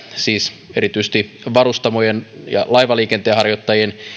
siis erityisesti varustamojen ja laivaliikenteen harjoittajien